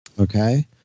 Okay